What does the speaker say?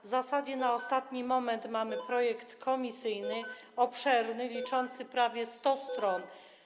W zasadzie na ostatni moment mamy przedłożony projekt komisyjny, obszerny, liczący prawie 100 stron.